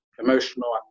emotional